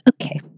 Okay